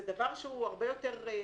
זה דבר שהוא הרבה יותר סביר.